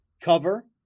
cover